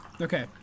Okay